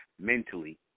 mentally